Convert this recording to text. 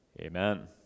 amen